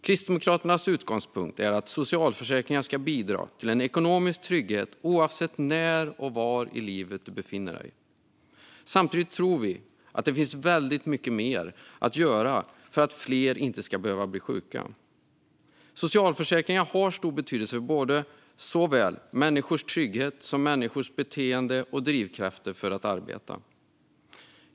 Kristdemokraternas utgångspunkt är att socialförsäkringarna ska bidra till en ekonomisk trygghet oavsett när och var i livet man befinner sig. Samtidigt tror vi att det finns väldigt mycket mer att göra för att fler inte ska behöva bli sjuka. Socialförsäkringarna har stor betydelse för såväl människors trygghet som människors beteende och drivkrafter för att arbeta.